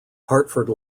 hartford